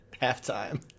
Half-time